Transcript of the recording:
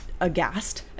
aghast